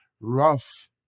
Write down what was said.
Rough